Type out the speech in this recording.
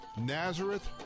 Nazareth